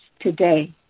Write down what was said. today